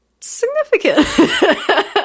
Significant